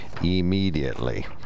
immediately